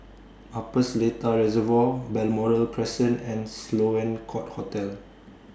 Upper Seletar Reservoir Balmoral Crescent and Sloane Court Hotel